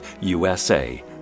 USA